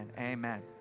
amen